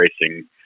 racing